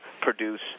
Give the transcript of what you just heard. produce